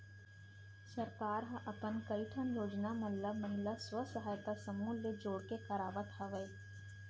सरकार ह अपन कई ठन योजना मन ल महिला स्व सहायता समूह ले जोड़ के करवात हवय